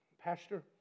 Pastor